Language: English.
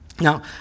Now